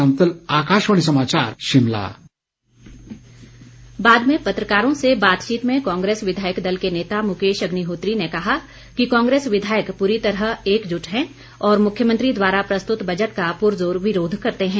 अग्निहोत्री बाद में पत्रकारों से बातचीत में कांग्रेस विधायक दल के नेता मुकेश अग्निहोत्री ने कहा कि कांग्रेस विधायक पूरी तरह एकजुट हैं और मुख्यमंत्री द्वारा प्रस्तुत बजट का पुरजोर विरोध करते हैं